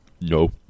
no